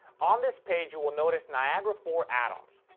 on this page you'll notice niagara four add-ons.